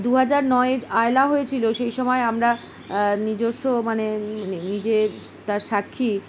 দু হাজার নয় আয়লা হয়েছিলো সেই সময় আমরা নিজস্ব মানে নিজের তার সাক্ষী